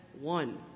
one